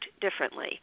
differently